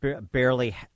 barely